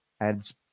adds